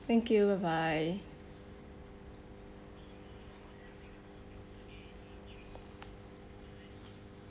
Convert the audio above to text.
thank you bye bye